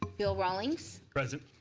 bill rawlings. present.